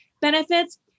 benefits